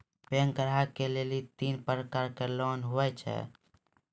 Bank ग्राहक के लेली तीन प्रकर के लोन हुए छै?